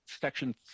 section